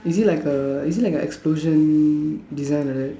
is it like a is it like an explosion design like that